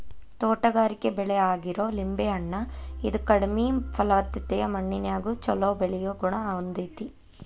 ತೋಟಗಾರಿಕೆ ಬೆಳೆ ಆಗಿರೋ ಲಿಂಬೆ ಹಣ್ಣ, ಇದು ಕಡಿಮೆ ಫಲವತ್ತತೆಯ ಮಣ್ಣಿನ್ಯಾಗು ಚೊಲೋ ಬೆಳಿಯೋ ಗುಣ ಹೊಂದೇತಿ